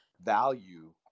value